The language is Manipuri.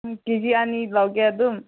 ꯎꯝ ꯀꯦ ꯖꯤ ꯑꯅꯤ ꯂꯧꯒꯦ ꯑꯗꯨꯝ